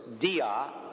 dia